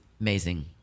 amazing